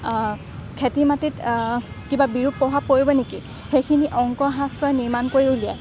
খেতিৰ মাটিত কিবা বিৰূপ প্ৰভাৱ পৰিব নেকি সেইখিনি অংক শাস্ত্ৰই নিৰ্মাণ কৰি উলিয়ায়